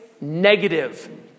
negative